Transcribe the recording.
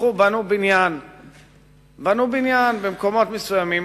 בנו בניין במקומות מסוימים,